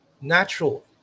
Natural